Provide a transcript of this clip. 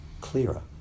clearer